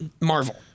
Marvel